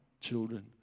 children